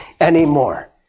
anymore